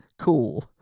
cool